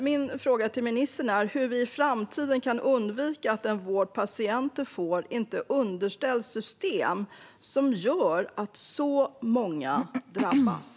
Min fråga till ministern är därför hur vi i framtiden kan undvika att den vård patienter får underställs system som gör att så många drabbas.